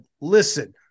listen